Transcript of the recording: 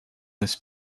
this